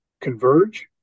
converge